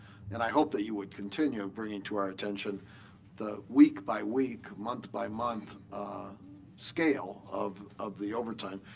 and i hope that you would continue bringing to our attention the week by week, month by month scale of of the overtime.